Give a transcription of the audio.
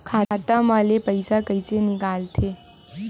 खाता मा ले पईसा कइसे निकल थे?